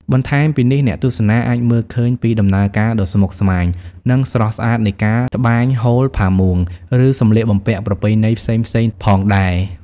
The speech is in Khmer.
បន្ថែមពីនេះ អ្នកទស្សនាអាចមើលឃើញពីដំណើរការដ៏ស្មុគស្មាញ និងស្រស់ស្អាតនៃការ ត្បាញហូល ផាមួង ឬសម្លៀកបំពាក់ប្រពៃណីផ្សេងៗផងដែរ។